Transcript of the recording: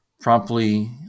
promptly